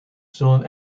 zullen